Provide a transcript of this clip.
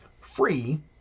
free